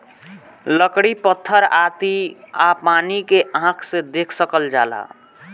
लकड़ी पत्थर आती आ पानी के आँख से देख सकल जाला